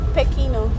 Pequeno